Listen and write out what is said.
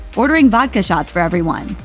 ordering vodka shots for everyone.